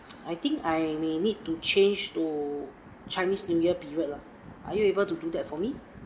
I think I may need to change to chinese new year period lah are you able to do that for me